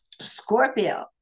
Scorpio